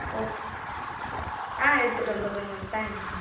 okay ஆ எடுத்துகிட்டு வந்துடுறோம் மேம் தேங்க் யூ மேம்